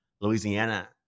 Louisiana